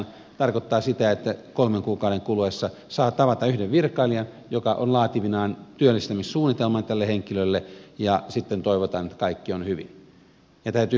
se tarkoittaa sitä että kolmen kuukauden kuluessa saa tavata yhden virkailijan joka on laativinaan työllistämissuunnitelman tälle henkilölle ja sitten toivotaan että kaikki on hyvin